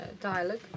dialogue